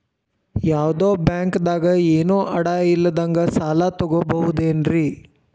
ಯಾವ್ದೋ ಬ್ಯಾಂಕ್ ದಾಗ ಏನು ಅಡ ಇಲ್ಲದಂಗ ಸಾಲ ತಗೋಬಹುದೇನ್ರಿ?